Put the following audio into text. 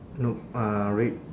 no uh red